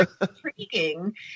intriguing